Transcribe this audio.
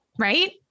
Right